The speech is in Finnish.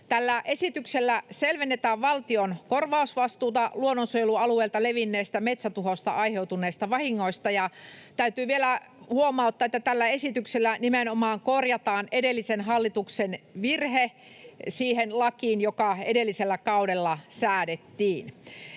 Tällä esityksellä selvennetään valtion korvausvastuuta luonnonsuojelualueelta levinneestä metsätuhosta aiheutuneista vahingoista. Täytyy vielä huomauttaa, että tällä esityksellä nimenomaan korjataan edellisen hallituksen virhe siihen lakiin, joka edellisellä kaudella säädettiin.